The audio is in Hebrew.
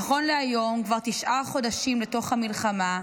נכון להיום, כבר תשעה חודשים לתוך המלחמה,